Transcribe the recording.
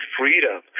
freedom